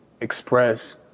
express